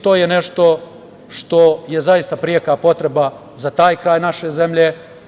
To je nešto što je zaista preka potreba za taj kraj naše zemlje.